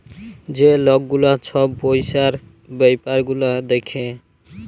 যে লক গুলা ছব পইসার ব্যাপার গুলা দ্যাখে